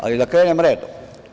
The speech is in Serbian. Ali, da krenem redom.